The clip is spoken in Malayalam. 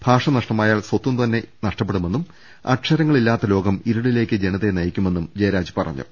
ഭാഷ നഷ്ടമാ യാൽ സ്വത്വം തന്നെ നഷ്ടപ്പെടുമെന്നും അക്ഷരങ്ങളി ല്ലാത്ത ലോകം ഇരുളിലേക്ക് ജനതയെ നയിക്കുമെന്നും ജയരാജ് പറഞ്ഞു